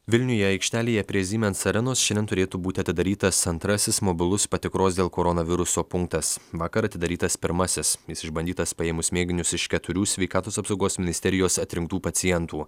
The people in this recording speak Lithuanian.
vilniuje aikštelėje prie siemens arenos šiandien turėtų būti atidarytas antrasis mobilus patikros dėl koronaviruso punktas vakar atidarytas pirmasis jis išbandytas paėmus mėginius iš keturių sveikatos apsaugos ministerijos atrinktų pacientų